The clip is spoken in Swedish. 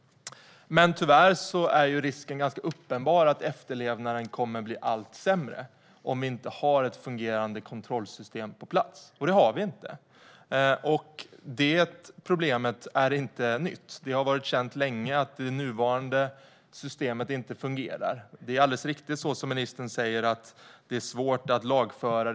Men tyvärr är risken ganska uppenbar att efterlevnaden kommer att bli allt sämre om vi inte har ett fungerande kontrollsystem på plats - och det har vi inte. Det problemet är inte nytt. Det har varit känt länge att det nuvarande systemet inte fungerar. Det är alldeles riktigt, som ministern säger, att det är svårt att lagföra.